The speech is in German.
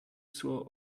zur